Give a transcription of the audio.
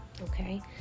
okay